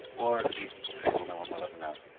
or if we fail, no one will ever know.